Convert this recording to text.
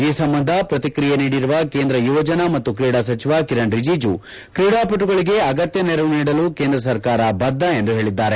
ಈ ಸಂಬಂಧ ಪ್ರಹಿಕ್ರಿಯೆ ನೀಡಿರುವ ಕೇಂದ್ರ ಯುವಜನ ಮತ್ತು ಕ್ರೀಡಾ ಸಚಿವ ಕಿರಣ್ ರಿಜಿಜು ಕ್ರೀಡಾಪಟುಗಳಿಗೆ ಅಗತ್ತ ನೆರವು ನೀಡಲು ಕೇಂದ್ರ ಸರ್ಕಾರ ಬದ್ದ ಎಂದು ಹೇಳಿದ್ದಾರೆ